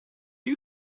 you